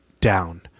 down